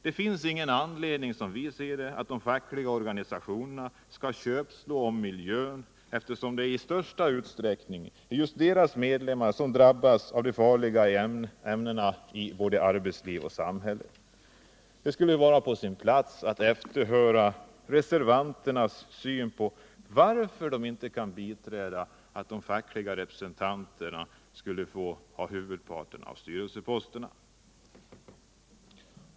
Det finns, som vi ser det, ingen anledning för de fackliga organisationerna att köpslå om miljön, eftersom det i största utsträckning är deras medlemmar som drabbas av dessa farliga ämnen, både i arbetslivet och i samhället. Det skulle vara på sin plats att efterhöra reservanternas syn på varför de inte kan biträda förslaget att de fackliga representanterna får huvudparten av styrelseposterna.